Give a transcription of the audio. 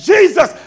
Jesus